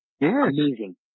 amazing